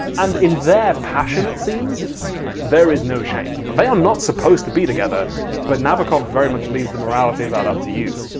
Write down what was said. and in their passionate scenes there is no shame, they are not supposed to be together but nabokov very much leaves the morality of that up to you,